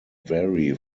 vary